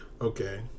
Okay